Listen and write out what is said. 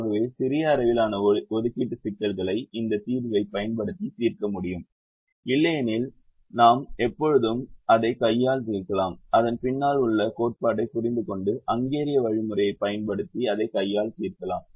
ஆகவே சிறிய அளவிலான ஒதுக்கீட்டு சிக்கல்களை இந்த தீர்வைப் பயன்படுத்தி தீர்க்க முடியும் இல்லையெனில் நாம் எப்போதும் அதை கையால் தீர்க்கலாம் அதன் பின்னால் உள்ள கோட்பாட்டைப் புரிந்துகொண்டு ஹங்கேரிய வழிமுறையைப் பயன்படுத்தி அதை கையால் தீர்க்கலாம்